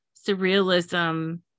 surrealism